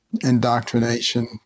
indoctrination